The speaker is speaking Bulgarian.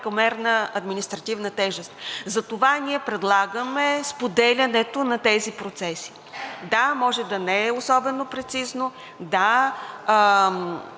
прекомерна административна тежест. Затова ние предлагаме споделянето на тези процеси. Да, може да не е особено прецизно, да,